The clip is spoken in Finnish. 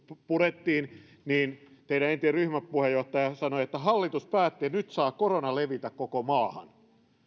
purettiin niin teidän entinen ryhmän puheenjohtaja sanoi että hallitus päätti että nyt saa korona levitä koko maahan